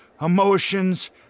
Emotions